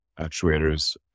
actuators